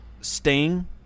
sting